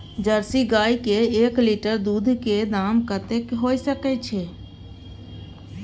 Jersey गाय के एक लीटर दूध के दाम कतेक होय सके छै?